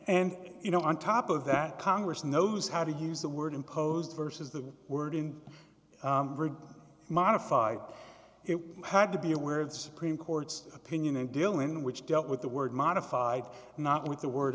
and you know on top of that congress knows how to use the word imposed versus the word in modified it had to be aware of the supreme court's opinion in dealin which dealt with the word modified not with the word